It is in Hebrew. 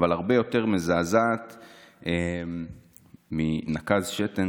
אבל זה הרבה יותר מזעזע מ"נקז שתן",